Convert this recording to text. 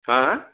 হা